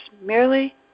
merely